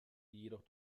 jedoch